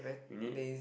you mean